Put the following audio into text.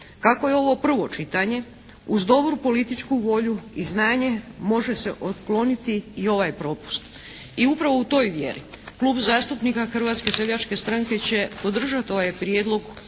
Kako je ovo prvo čitanje uz dobru političku volju i znanje može se otkloniti i ovaj propust. I upravo u toj vjeri Klub zastupnika Hrvatske seljačke stranke će podržati ovaj prijedlog